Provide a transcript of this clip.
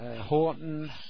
Horton